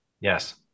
yes